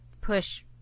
push